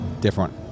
different